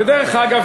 ודרך אגב,